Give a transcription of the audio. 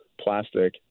plastic